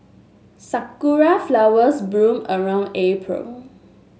sakura flowers bloom around April